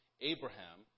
Abraham